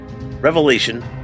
Revelation